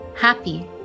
happy